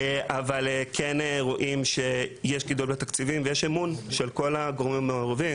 אבל כן רואים שיש גידול בתקציבים ויש אמון של כל הגורמים המעורבים.